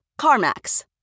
CarMax